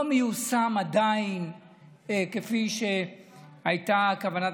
זה לא מיושם עדיין כפי שהייתה כוונת